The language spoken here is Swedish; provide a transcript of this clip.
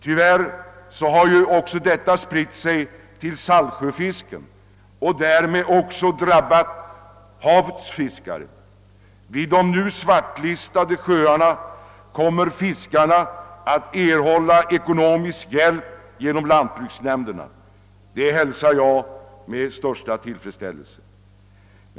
Tyvärr har det dåliga ryktet spritt sig till saltsjöfisken, varigenom samma öde drabbat havets fiskare. Fiskarna i de nu svartlistade sjöarna kommer att erhålla ekonomisk hjälp genom lantbruksnämnderna, vilket jag hälsar med största tillfredsställelse.